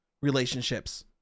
relationships